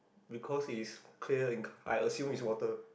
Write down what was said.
because is clear I assume is water